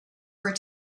were